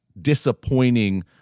disappointing